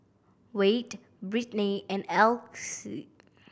Wayde Brittnay and Alyce